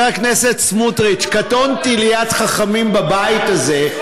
חבר הכנסת סמוטריץ, קטונתי ליד חכמים בבית הזה,